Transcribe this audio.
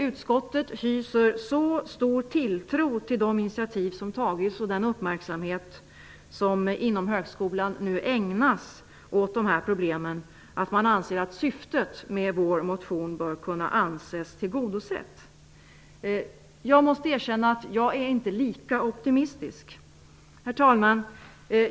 Utskottet hyser så stor tilltro till de initiativ som har tagits och den uppmärksamhet som inom högskolan ägnas åt problemen att man menar att syftet med vår motion bör anses vara tillgodosett. Jag måste erkänna att jag inte är lika optimistisk. Herr talman!